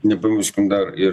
nepamirškim dar ir